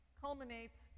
culminates